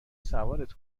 سوارت